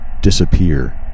disappear